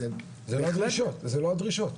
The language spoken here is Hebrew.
זה לא הדרישות.